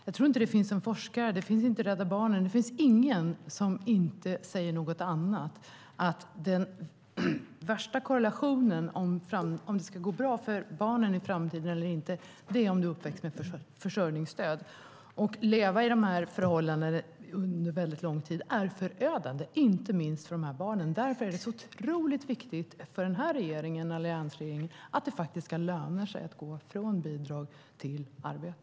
Jag tror inte att det finns en enda forskare - och inte heller Rädda Barnen - som inte säger något annat än detta: Den värsta korrelationen när det gäller om det ska gå bra för barnen i framtiden eller inte är om de är uppväxta med försörjningsstöd. Det är förödande att leva i dessa förhållanden under lång tid, inte minst för barnen. Därför är det så otroligt viktigt för alliansregeringen att det ska löna sig att gå från bidrag till arbete.